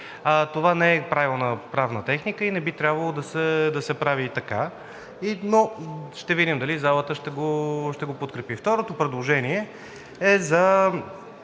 това не е правилна правна техника и не би трябвало да се прави така. Но ще видим дали залата ще го подкрепи. Второто предложение е за